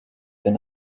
been